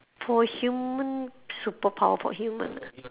for human superpower for human ah